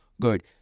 good